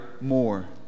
more